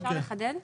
אפשר לחדד?